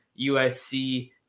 USC